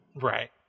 Right